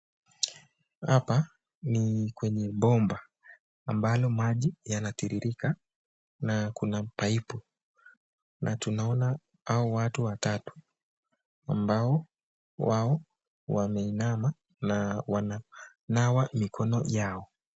Hapa ni kwenye bomba ambalo maji yanatiririka na kuna paipu , na tunaona hao watu watatu ambao wao wameinama na wana nawa mikono yao.